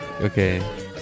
okay